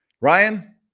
Ryan